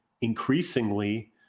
increasingly